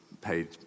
paid